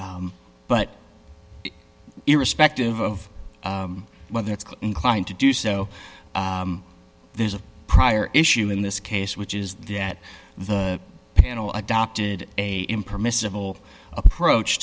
but irrespective of whether it's inclined to do so there's a prior issue in this case which is that the panel adopted a impermissible approach